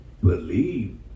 believe